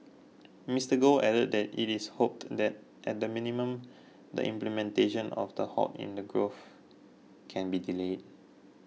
Mr Goth added that it is hoped that at the minimum the implementation of the halt in the growth can be delayed